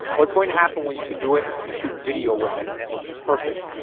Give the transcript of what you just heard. what's going to happen when you can do it, and shoot video with it, and it looks perfect, yeah